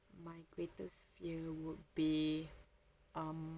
my greatest fear would be um